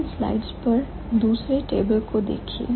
इन slides पर दूसरे table को देखिए